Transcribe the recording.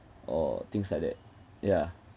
or things like that yeah